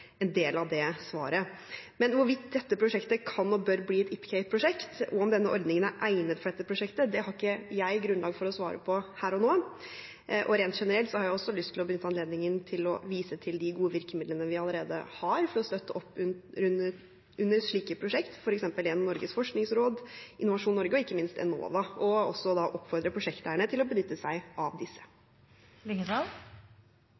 en del av det svaret. Men hvorvidt dette prosjektet kan og bør bli et IPCEI-prosjekt, og om denne ordningen er egnet for dette prosjektet, har jeg ikke grunnlag for å svare på her og nå. Rent generelt har jeg lyst til å benytte anledningen til å vise til de gode virkemidlene vi allerede har for å støtte opp under slike prosjekt, f.eks. gjennom Norges forskningsråd, Innovasjon Norge og ikke minst Enova, og også oppfordre prosjekteierne til å benytte seg av